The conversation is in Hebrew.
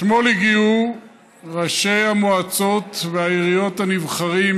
אתמול הגיעו ראשי המועצות והעיריות הנבחרים